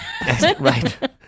Right